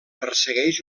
persegueix